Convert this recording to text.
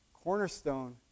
Cornerstone